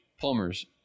plumbers